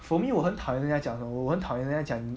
for me 我很讨厌人家讲什么我我很讨厌人家讲